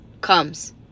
comes